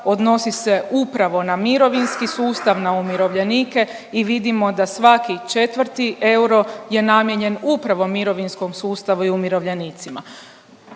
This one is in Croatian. odnosi se upravo na mirovinski sustav, na umirovljenike i vidimo da svaki 4 euro je namijenjen upravo mirovinskom sustavu i umirovljenicima.